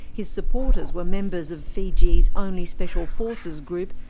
his supporters were members of fiji's only special forces group,